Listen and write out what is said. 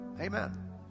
Amen